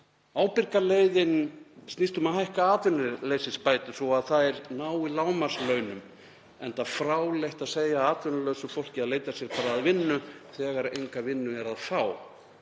Ábyrga leiðin snýst um að hækka atvinnuleysisbætur svo að þær nái lágmarkslaunum enda fráleitt að segja atvinnulausu fólki að leita sér bara að vinnu, þegar enga vinnu er að fá.